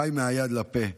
חי מהיד לפה.